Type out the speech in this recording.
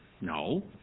No